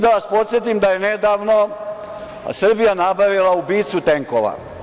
Da vas podsetim da je nedavno Srbija nabavila ubicu tenkova.